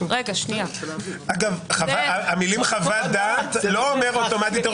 (קריאות) המילים חוות דעת, זה לא אומר אוטומטית.